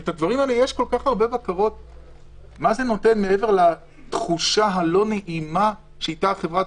אני כלקוחה לא הייתי הולכת לקנות מעסק שהיה רשום